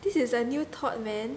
this is a new thought man